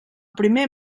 primer